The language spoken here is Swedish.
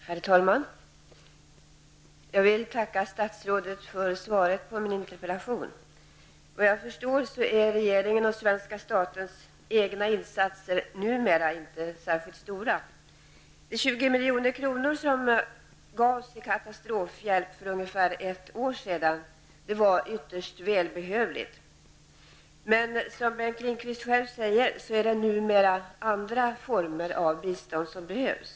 Herr talman! Jag vill tacka statsrådet för svaret på min interpellation. Såvitt jag förstår är regeringens och svenska statens egna insatser numera inte särskilt stora. De 20 milj.kr. som gavs i katastrofhjälp för ungefär ett år sedan var ytterst välbehövliga, men som Bengt Lindqvist själv säger är det numera andra former av bistånd som behövs.